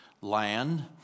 land